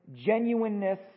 genuineness